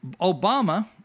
Obama